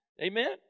Amen